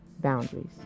boundaries